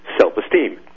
self-esteem